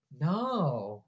No